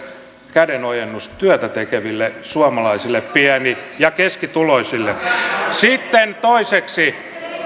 kädenojennus työtä tekeville suomalaisille pieni ja keskituloisille sitten toiseksi